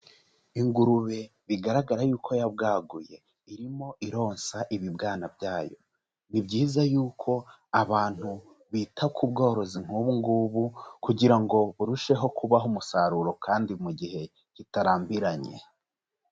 Ingurube bigaragara y'uko yabwaguye irimo ironsa ibibwana byayo, ni byiza y'uko abantu bita ku bworozi nk'ubu ngubu kugira ngo burusheho kubaha umusaruro kandi mu gihe kitarambiranye.